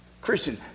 Christian